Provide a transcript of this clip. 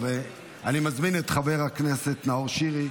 אני מזמין את חבר הכנסת נאור שירי,